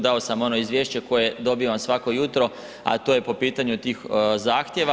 Dao sam ono izvješće koje dobivam svako jutro, a to je po pitanju tih zahtjeva.